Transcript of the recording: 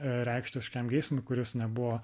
reikštis kažkokiam geismui kuris nebuvo